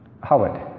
Howard